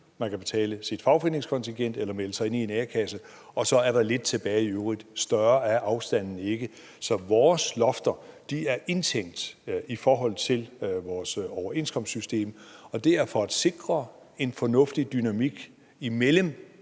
man kan betale sit fagforeningskontingent eller melde sig ind i en a-kasse, og så er der lidt tilbage i øvrigt. Større er afstanden ikke. Så vores lofter er indtænkt i forhold til vores overenskomstsystem, og det er for at sikre en fornuftig dynamik imellem